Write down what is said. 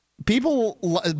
People